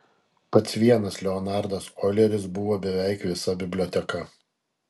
pats vienas leonardas oileris buvo beveik visa biblioteka